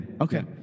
Okay